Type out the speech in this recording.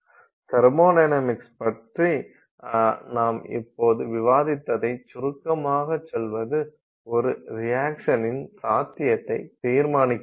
thermodynamics பற்றி நாம் இப்போது விவாதித்ததைச் சுருக்கமாகச் சொல்வது ஒரு ரியாக்சனின் சாத்தியத்தை தீர்மானிக்கிறது